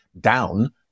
down